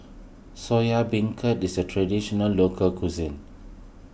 Soya Beancurd is a Traditional Local Cuisine